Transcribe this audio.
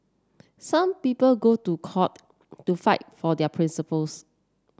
some people go to court to fight for their principles